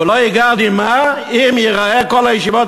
הוא לא יגיר דמעה אם יראה את הישיבות